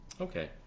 Okay